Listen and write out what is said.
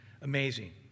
amazing